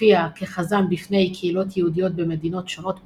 הופיע כחזן בפני קהילות יהודיות במדינות שונות בעולם,